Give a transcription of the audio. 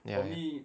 ya